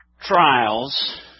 trials